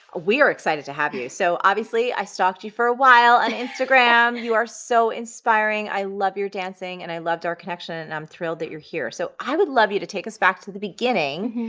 we are excited to have you. so obviously, i stalked you for awhile on instagram. you are so inspiring. i love your dancing and i loved our connection. and i'm thrilled that you're here. so i would love you to take us back to the beginning.